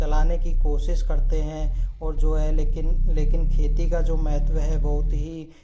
चलाने की कोशिश करते हैं और जो है लेकिन लेकिन खेती का जो महत्व है बहुत ही